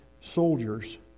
soldiers